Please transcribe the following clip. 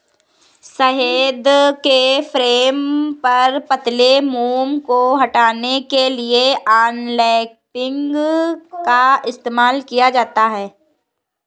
शहद के फ्रेम पर पतले मोम को हटाने के लिए अनकैपिंग का इस्तेमाल किया जाता है